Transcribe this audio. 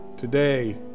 Today